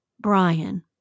Brian